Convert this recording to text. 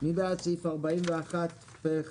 אושר